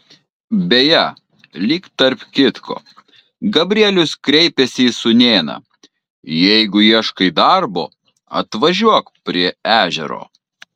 beje lyg tarp kitko gabrielius kreipėsi į sūnėną jeigu ieškai darbo atvažiuok prie ežero